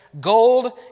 gold